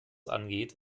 angeht